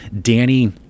Danny